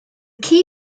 key